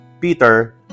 Peter